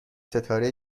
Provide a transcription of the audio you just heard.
ستاره